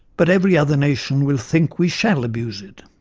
but every other nation will think we shall abuse it.